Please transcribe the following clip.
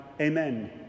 Amen